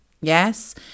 yes